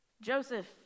Joseph